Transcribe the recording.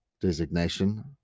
designation